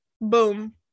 boom